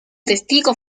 testigo